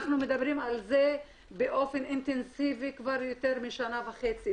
אנחנו מדברים על זה באופן אינטנסיבי יותר משנה וחצי.